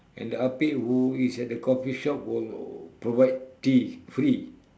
and the ah pek who is at the coffee shop will provide tea free